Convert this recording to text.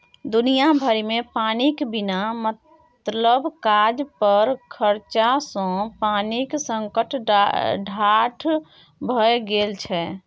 दुनिया भरिमे पानिक बिना मतलब काज पर खरचा सँ पानिक संकट ठाढ़ भए गेल छै